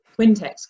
Quintex